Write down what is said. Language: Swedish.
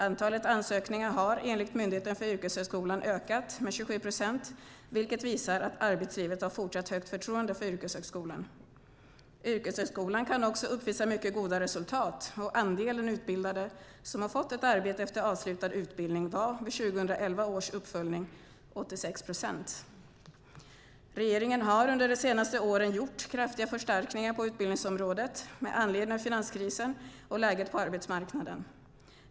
Antalet ansökningar har enligt Myndigheten för yrkeshögskolan ökat med 27 procent, vilket visar på att arbetslivet har fortsatt högt förtroende för yrkeshögskolan. Yrkeshögskolan kan också uppvisa mycket goda resultat och andelen utbildade som har fått arbete efter avslutad utbildning var vid 2011 års uppföljning 86 procent. Regeringen har under de senaste åren gjort kraftiga förstärkningar på utbildningsområdet med anledning av finanskrisen och läget på arbetsmarknaden.